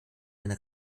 eine